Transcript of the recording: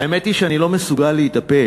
האמת היא שאני לא מסוגל להתאפק.